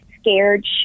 scared